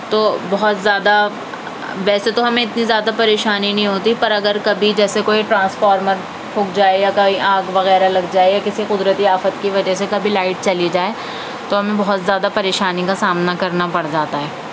تو بہت زیادہ ویسے تو ہمیں اتنی زیادہ پریشانی نہیں ہوتی پر اگر کبھی جیسے کوئی ٹرانسفارمر پھک جائے یا کہیں آگ وغیرہ لگ جائے یا کسی قدرتی آفت کی وجہ سے کبھی لائٹ چلی جائے تو ہمیں بہت زیادہ پریشانی کا سامنا کرنا پڑ جاتا ہے